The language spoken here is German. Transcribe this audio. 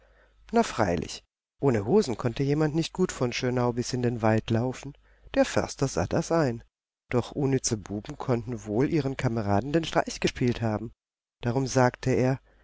na freilich ohne hosen konnte jemand nicht gut von schönau bis in den wald laufen der förster sah das ein doch unnütze buben konnten wohl ihren kameraden den streich gespielt haben darum sagte er